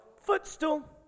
footstool